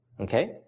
Okay